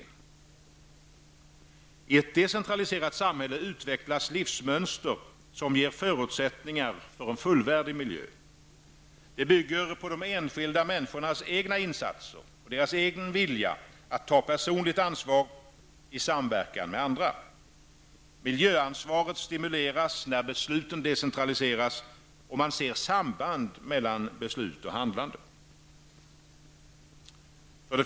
I ett decentraliserat samhälle utvecklas livsmönster som ger förutsättningar för en fullvärdig miljö. Det bygger på de enskilda människornas egna insatser och egen vilja att ta personligt ansvar i samverkan med andra. Miljöansvaret stimuleras när besluten decentraliseras och man ser samband mellan beslut och handlande.